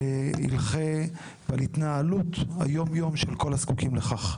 הלכי ועל התנהלות היום-יום של כל הזקוקים לכך.